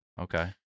Okay